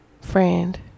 Friend